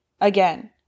Again